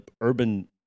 urban